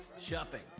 Shopping